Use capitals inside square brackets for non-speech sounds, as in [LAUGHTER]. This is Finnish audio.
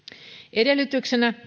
edellytyksenä [UNINTELLIGIBLE]